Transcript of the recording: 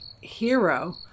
hero